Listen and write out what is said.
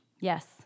Yes